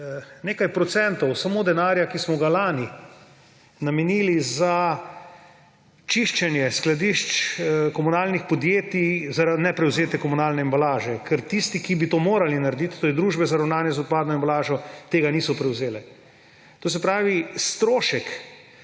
nekaj procentov samo denarja, ki smo ga lani namenili za čiščenje skladišč komunalnih podjetij, zaradi neprevzete komunalne embalaže, ker tisti, ki bi to morali narediti, to je Družba za ravnanje z odpadno embalažo, tega niso prevzeli. To se pravi, strošek,